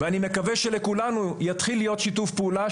ואני מקווה שלכולנו יתחיל להיות שיתוף פעולה,